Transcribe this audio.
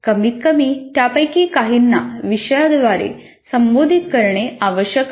कमीतकमी त्यापैकी काहींना विषयाद्वारे संबोधित करणे आवश्यक आहे